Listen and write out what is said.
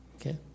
okay